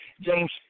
James